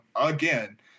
again